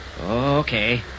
Okay